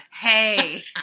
Hey